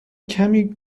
کمی